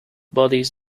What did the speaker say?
bodies